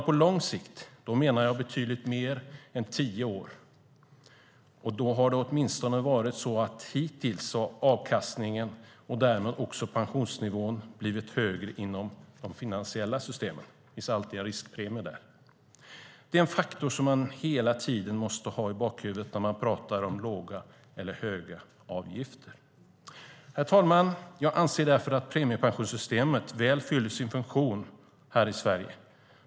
På lång sikt, och då menar jag betydligt mer än tio år, har det åtminstone hittills varit så att avkastningen och därmed även pensionsnivån blivit högre inom de finansiella systemen. Det finns alltid en riskpremie där. Detta är en faktor som man hela tiden måste ha i bakhuvudet när man pratar om låga och höga avgifter. Herr talman! Jag anser därför att premiepensionssystemet väl fyller sin funktion här i Sverige.